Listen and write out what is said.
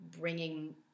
bringing